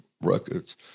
Records